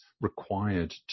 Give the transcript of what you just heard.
required